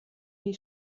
die